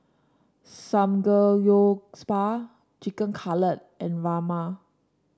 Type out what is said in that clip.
Samgeyopsal Chicken Cutlet and Rajma